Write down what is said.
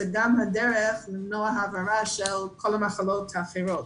גם הדרך למנוע העברה של כל המחלות האחרות